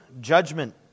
judgment